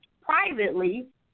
privately